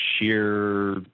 sheer